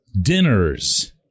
dinners